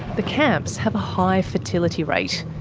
the camps have a high fertility rate.